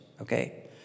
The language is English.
okay